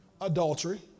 adultery